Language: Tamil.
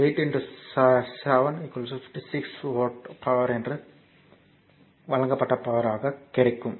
எனவே P3 8 7 56 வாட் என்று தயாரிக்கப்படுகிறது